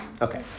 Okay